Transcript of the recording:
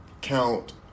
count